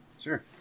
Sure